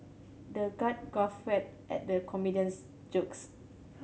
the god guffawed at the comedian's jokes